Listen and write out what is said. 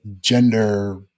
gender